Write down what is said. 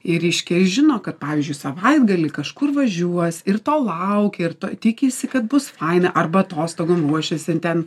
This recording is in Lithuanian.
ir ryškiai žino kad pavyzdžiui savaitgalį kažkur važiuos ir to laukia ir to tikisi kad bus faina arba atostogom ruošiasi ten